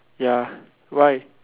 ya why